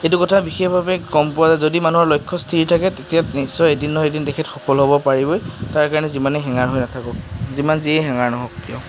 সেইটো কথা বিশেষভাৱে গম পোৱা যায় যদি মানুহৰ লক্ষ্য স্থিৰ থাকে তেতিয়া নিশ্চয় এদিন নহয় এদিন তেখেত সফল হ'ব পাৰিবই তাৰ কাৰণে যিমানেই হেঙাৰ হৈ নাথাকক যিমান যিয়ে হেঙাৰ নহওঁক কিয়